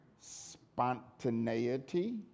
spontaneity